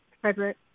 Frederick